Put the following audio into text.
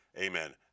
Amen